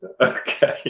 okay